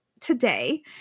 today